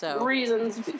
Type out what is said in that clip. Reasons